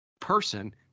person